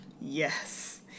Yes